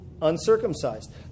Uncircumcised